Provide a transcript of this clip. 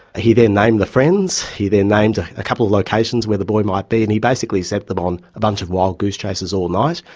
he then named the friends, he then named a couple of locations where the boy might be, and he basically sent them on a bunch of wild goose chases all night.